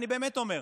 אני באמת אומר: